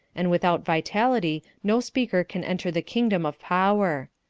and without vitality no speaker can enter the kingdom of power.